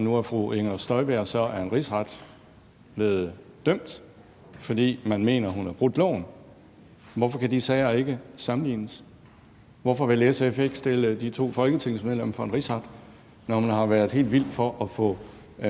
Nu er fru Inger Støjbergs så af en rigsret blevet dømt, fordi man mener, at hun har brudt loven. Hvorfor kan de sager ikke sammenlignes? Hvorfor vil SF ikke stille de to folketingsmedlemmer for en rigsret, når man har været helt vild for at få